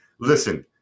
listen